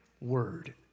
word